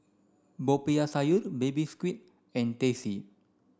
Popiah Sayur baby squid and Teh C